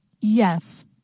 Yes